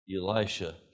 Elisha